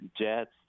Jets